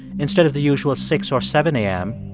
instead of the usual six or seven a m,